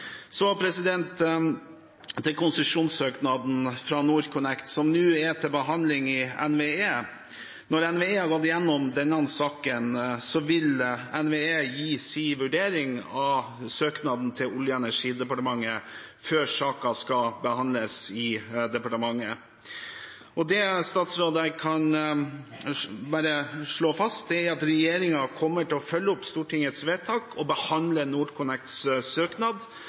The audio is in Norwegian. til konsesjonssøknaden fra NorthConnect som nå er til behandling i NVE: Når NVE har gått igjennom denne saken, vil de gi sin vurdering av søknaden til Olje- og energidepartementet før saken behandles i departementet. Det jeg som statsråd kan slå fast, er at regjeringen kommer til å følge opp Stortingets vedtak og behandle NorthConnects søknad